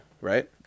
Right